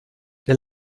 der